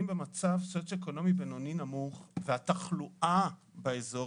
למניינם, י"ד באדר